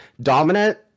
dominant